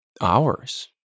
hours